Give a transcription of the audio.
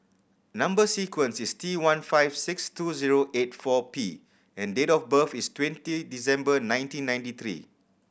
number sequence is T one five six two zero eight four P and date of birth is twenty December nineteen ninety three